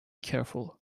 careful